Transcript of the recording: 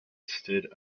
stood